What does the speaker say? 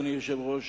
אדוני היושב-ראש,